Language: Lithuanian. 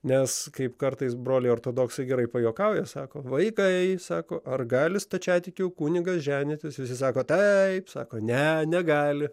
nes kaip kartais broliai ortodoksai gerai pajuokauja sako vaikai sako ar gali stačiatikių kunigas ženytis visi sako taip sako ne negali